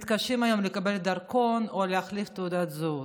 מתקשים היום לקבל דרכון או להחליף תעודת זהות.